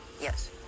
Yes